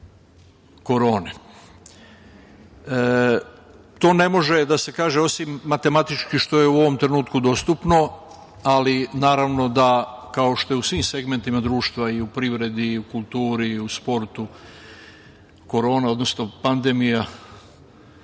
ne može da se kaže osim matematički, što je u ovom trenutku dostupno, ali naravno da kao što je u svim segmentima društva i u privredi i u kulturi i u sportu korona, odnosno pandemija